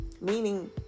meaning